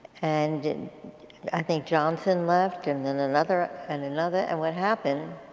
and and i think johnson left and then another, and another, and what happened,